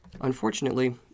Unfortunately